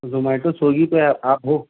Zomato Swiggy پہ آپ ہو